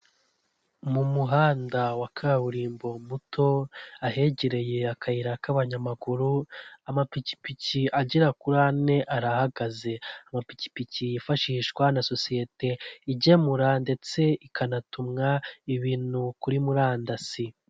Mu muhanda wa kaburimbo muto ahegereye akayira k'abanyamaguru, amapikipiki agera kuri ane arahagaze, amapikipiki yifashishwa na sosiyete igemura ndetse ikanatumwa ibintu kuri murandasi.